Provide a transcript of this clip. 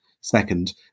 second